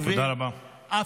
תודה רבה.